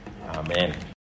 Amen